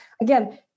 again